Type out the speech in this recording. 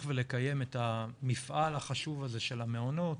ולקיים את המפעל החשוב הזה של המעונות